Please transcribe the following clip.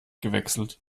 gewechselt